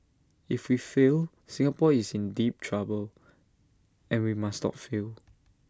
if we fail Singapore is in deep trouble and we must not fail